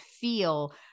feel